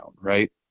Right